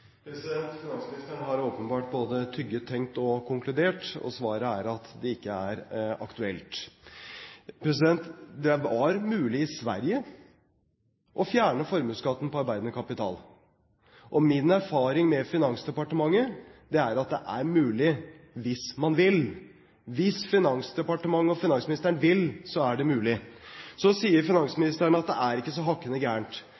Finansministeren har åpenbart både tygget, tenkt og konkludert, og svaret er at det ikke er aktuelt. Det var mulig i Sverige å fjerne formuesskatten på arbeidende kapital. Min erfaring med Finansdepartementet er at det er mulig hvis man vil. Hvis Finansdepartementet og finansministeren vil, er det mulig. Så sier